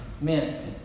meant